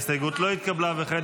ההסתייגות לא התקבלה.